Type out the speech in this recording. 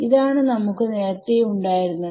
ഇതാണ് നമുക്ക് നേരത്തെ ഉണ്ടായിരുന്നത്